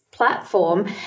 platform